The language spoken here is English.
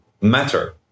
matter